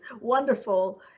wonderful